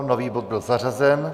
Nový bod byl zařazen.